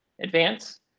advance